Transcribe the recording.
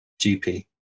GP